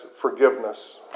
forgiveness